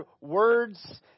words